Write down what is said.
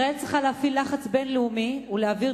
ישראל צריכה להפעיל לחץ בין-לאומי ולהעביר